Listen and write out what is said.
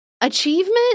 achievement